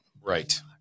right